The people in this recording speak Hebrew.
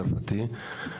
הצרפתי,